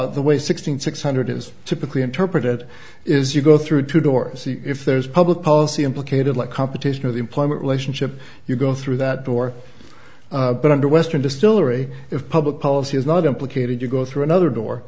law the way six hundred six hundred is typically interpreted it is you go through two doors see if there's public policy implicated like competition of employment relationship you go through that door but under western distillery if public policy is not implicated you go through another door